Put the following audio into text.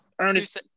Ernest